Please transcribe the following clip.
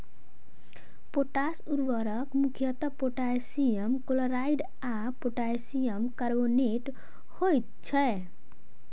potash उर्वरक मुख्यतः potassium chloride आ पोटासियम कार्बोनेट होइत छै